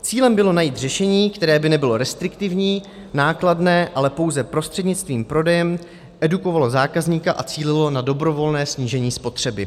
Cílem bylo najít řešení, které by nebylo restriktivní, nákladné, ale pouze prostřednictvím prodejen edukovalo zákazníka a cílilo na dobrovolné snížení spotřeby.